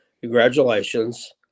Congratulations